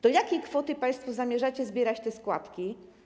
Do jakiej kwoty państwo zamierzacie zbierać te składki?